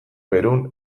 perun